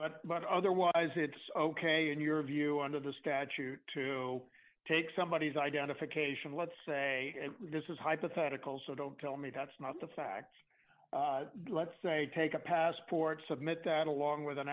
what but otherwise it's ok in your view under the statute to take somebody is identification let's say this is hypothetical so don't tell me that's not the fact let's say take a passport submit that along with an